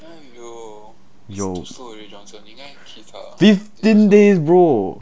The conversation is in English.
有 fifteen days bro